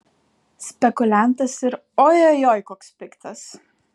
spekuliantas ir ojojoi koks piktas